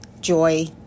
joy